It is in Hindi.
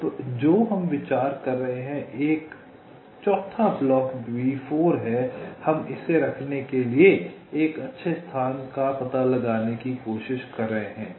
अब जो हम अब विचार कर रहे हैं एक चौथा ब्लॉक B4 है हम इसे रखने के लिए एक अच्छे स्थान का पता लगाने की कोशिश कर रहे हैं